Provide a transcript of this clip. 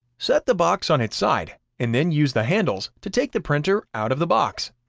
set the box on its side, and then use the handles to take the printer out of the box.